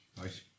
Right